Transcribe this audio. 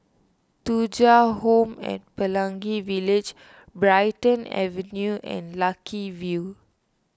Thuja Home at Pelangi Village Brighton Avenue and Lucky View